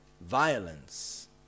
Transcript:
violence